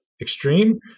extreme